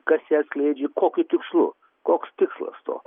kas ją skleidžia kokiu tikslu koks tikslas to